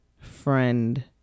friend